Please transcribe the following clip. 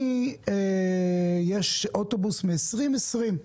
יש אוטובוס משנת 2020,